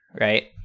right